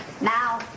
Now